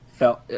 felt